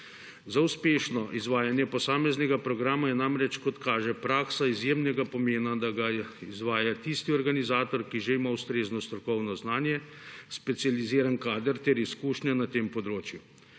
Za uspešno izvajanje posameznega programa je namreč, kot kaže praksa, izjemnega pomena, da ga izvaja tisti organizator, ki ima že ustrezno strokovno znanje, specializiran kader ter izkušnje na tem področju.